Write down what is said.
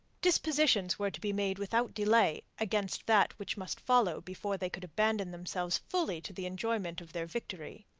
dispositions were to be made without delay against that which must follow before they could abandon themselves fully to the enjoyment of their victory.